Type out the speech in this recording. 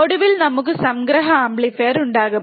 ഒടുവിൽ നമുക്ക് സംഗ്രഹ ആംപ്ലിഫയർ ഉണ്ടാകും